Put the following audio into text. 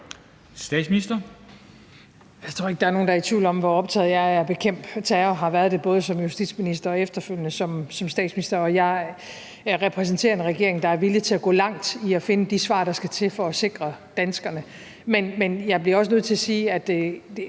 Jeg tror ikke, der er nogen, der er i tvivl om, hvor optaget jeg er af at bekæmpe terror og har været det både som justitsminister og efterfølgende som statsminister. Jeg repræsenterer en regering, der er villig til at gå langt for at finde de svar, der skal til for at sikre danskerne. Men jeg bliver også nødt til at sige,